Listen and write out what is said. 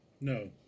No